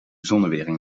zonnewering